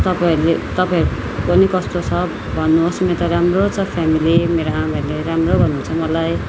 तपाईँहरूले तपाईँहरूको नि कस्तो छ भन्नु होस् मेरो त राम्रो छ फ्यामिली मेरा आमाहरूले राम्रो गर्नु हुन्छ मलाई